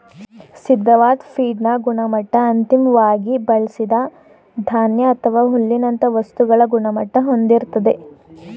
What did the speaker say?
ಸಿದ್ಧವಾದ್ ಫೀಡ್ನ ಗುಣಮಟ್ಟ ಅಂತಿಮ್ವಾಗಿ ಬಳ್ಸಿದ ಧಾನ್ಯ ಅಥವಾ ಹುಲ್ಲಿನಂತ ವಸ್ತುಗಳ ಗುಣಮಟ್ಟ ಹೊಂದಿರ್ತದೆ